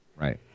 Right